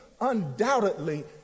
undoubtedly